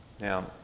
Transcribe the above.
Now